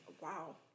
Wow